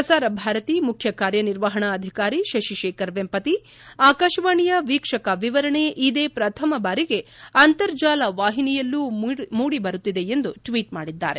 ಪ್ರಸಾರ ಭಾರತಿ ಮುಖ್ಯ ಕಾರ್ಯನಿರ್ವಹಣಾ ಅಧಿಕಾರಿ ಶಶಿತೇಖರ್ ವೆಂಪತಿ ಆಕಾಶವಾಣಿಯ ವೀಕ್ಷಕ ವಿವರಣೆ ಇದೇ ಪ್ರಥಮ ಬಾರಿಗೆ ಅಂತರ್ಜಾಲ ವಾಹಿನಿಯಲ್ಲೂ ಮೂಡಿಬರುತ್ತಿದೆ ಎಂದು ಟ್ವೀಟ್ ಮಾಡಿದ್ದಾರೆ